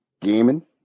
gaming